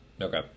Okay